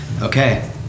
Okay